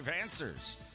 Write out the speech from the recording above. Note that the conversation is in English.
answers